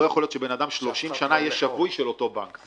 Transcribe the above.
לא יכול להיות שבן אדם יהיה שבוי 30 שנה של אותו בנק.